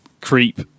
creep